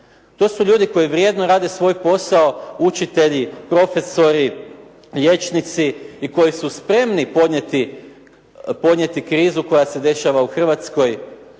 To su ljudi koji vrijedno rade svoj posao, učitelji, profesori, liječnici i koji su spremni podnijeti krizu koja se dešava u Hrvatskoj,